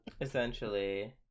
Essentially